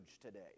today